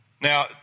Now